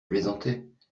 plaisantais